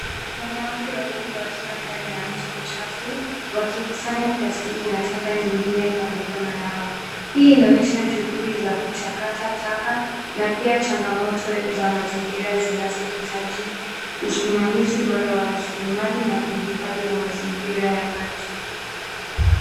Wanawake wawili wakiwa ndani ya mto mchafu wakikusanya plastiki na taka nyingine kwa mikono yao. Hii inaonyesha juhudi za kuchakata taka na pia changamoto za mazingira zinazohitaji usimamizi bora wa rasilimali na uhifadhi wa mazingira ya maji.